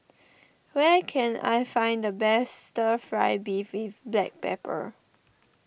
where can I find the best Stir Fry Beef with Black Pepper